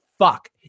Fuck